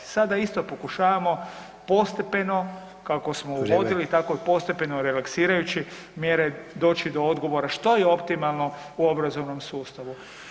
Sada isto pokušavamo postepeno kako smo uvodili, tako [[Upadica: Vrijeme.]] i postepeno relaksirajući mjere doći do odgovora što je optimalno u obrazovnom sustavu.